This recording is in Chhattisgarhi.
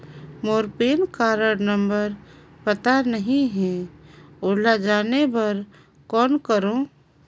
मोर पैन कारड नंबर पता नहीं है, ओला जाने बर कौन करो?